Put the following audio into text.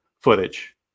footage